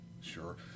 Sure